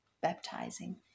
baptizing